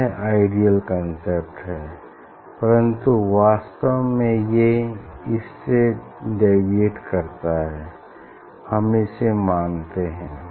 यह ideal concept है परन्तु वास्तव में ये इससे डेविएट करता है हम इसे मानते हैं